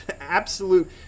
absolute